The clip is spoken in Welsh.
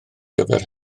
gyfer